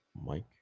Mike